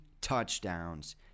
touchdowns